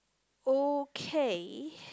okay